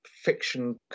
fiction